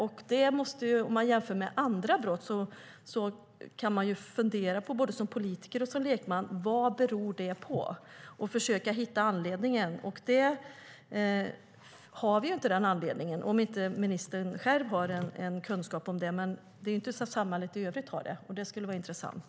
Man kan som både politiker och lekman jämföra med andra brott och fundera vad det beror på och försöka hitta anledningen - om inte ministern själv har en kunskap. Det är inte så att samhället i övrigt har en kunskap. Det skulle vara intressant.